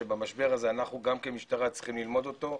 שבמשבר הזה גם אנחנו כמשטרה צריכים ללמוד אותו,